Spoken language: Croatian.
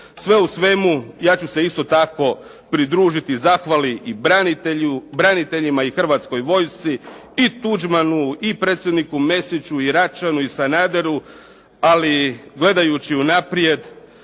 Sve u svemu, ja ću se isto tako pridružiti zahvali i braniteljima i Hrvatskoj vojsci, i Tuđmanu, i predsjedniku Mesiću, i Račanu, i Sanaderu, ali gledajući unaprijed,